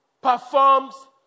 performs